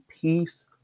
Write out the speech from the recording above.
peace